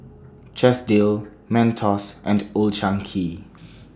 Chesdale Mentos and Old Chang Kee